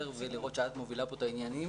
ולראות שאת מובילה פה את העניינים,